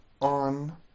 on